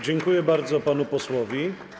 Dziękuję bardzo panu posłowi.